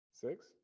Six